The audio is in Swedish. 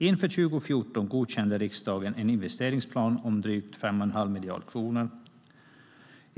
Inför 2014 godkände riksdagen en investeringsplan om drygt 5 1⁄2 miljard kronor.